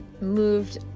moved